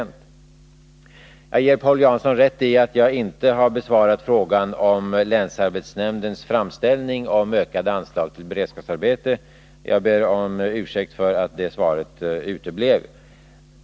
För det fjärde ger jag Paul Jansson rätt i att jag inte har besvarat frågan om länsarbetsnämndens framställning om ökade anslag till beredskapsarbete. Jag ber om ursäkt för att det svaret uteblev.